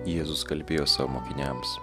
jėzus kalbėjo savo mokiniams